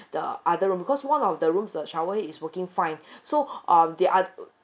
the other room because one of the rooms the shower is working fine so uh the oth~